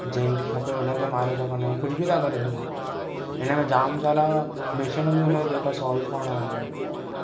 जंहिं खें खपे हुन खे मारे सघन्दा आहियूं कुझ बि था करे सघूं हिन में जाम सारा मिशन बि हून्दा आहिनि जेके सोल्व करिणा हूंदा आहिनि